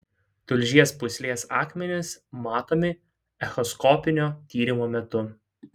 tulžies pūslės akmenys matomi echoskopinio tyrimo metu